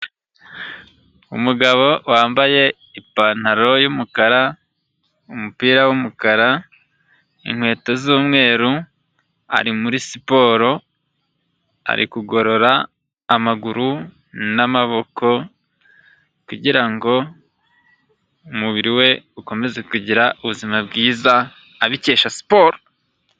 Umugabo wambaye ipantaro y'umukara umupira w'umukara inkweto z'umweru, ari muri siporo ari kugorora amaguru n'amaboko kugira ngo umubiri we ukomeze kugira ubuzima bwiza abikesha siporo.